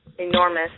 enormous